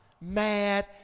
mad